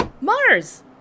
Mars